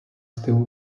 still